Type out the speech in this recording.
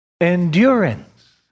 endurance